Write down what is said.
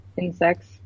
insects